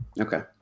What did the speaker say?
Okay